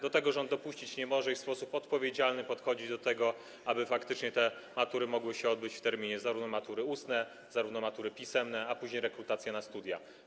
Do tego rząd dopuścić nie może i w sposób odpowiedzialny podchodzi do tej sprawy, tak aby faktycznie te matury mogły się odbyć w terminie - zarówno matury ustne, jak i matury pisemne, a później rekrutacja na studia.